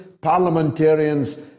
parliamentarians